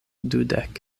dudek